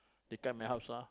they come my house lah